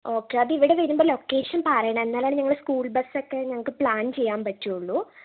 okay അത് ഇവിടെ വരുമ്പോൾ ലൊക്കേഷൻ പറയണം എന്നാലെ ഞങ്ങള് സ്ക്കൂൾ ബസൊക്കെ ഞങ്ങൾക്ക് പ്ലാൻ ചെയ്യാൻ പറ്റുകയുള്ളു